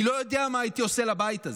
אני לא יודע מה הייתי עושה לבית הזה,